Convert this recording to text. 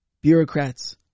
bureaucrats